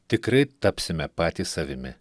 tikrai tapsime patys savimi